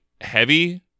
heavy